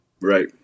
Right